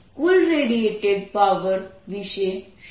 કુલ radiated power વિશે શું